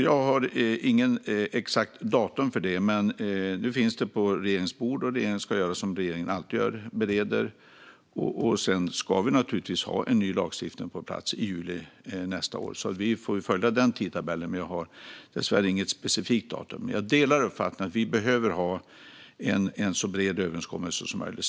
Jag har alltså inget exakt datum, men nu finns detta på regeringens bord, och regeringen ska göra som regeringen alltid gör: Vi ska bereda, och sedan ska vi naturligtvis ha en ny lagstiftning på plats i juli nästa år. Vi får följa den tidtabellen, men något specifikt datum har jag dessvärre inte. Jag delar uppfattningen att vi behöver ha en så bred överenskommelse som möjligt.